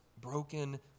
broken